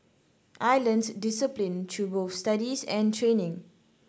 I learnt discipline through both studies and training